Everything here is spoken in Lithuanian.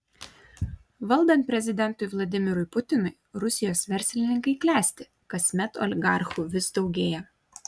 valdant prezidentui vladimirui putinui rusijos verslininkai klesti kasmet oligarchų vis daugėja